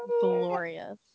glorious